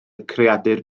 creadur